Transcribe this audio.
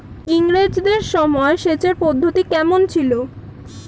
ইঙরেজদের সময় সেচের পদ্ধতি কমন ছিল?